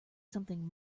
something